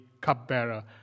cupbearer